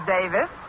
Davis